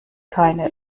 keine